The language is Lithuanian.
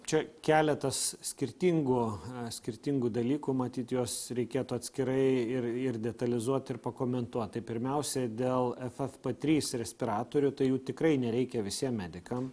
čia keletas skirtingų skirtingų dalykų matyt juos reikėtų atskirai ir ir detalizuot ir pakomentuot tai pirmiausia dėl ffp trys respiratorių tai jų tikrai nereikia visiem medikam